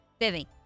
Vivi